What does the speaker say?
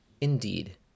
Indeed